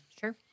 Sure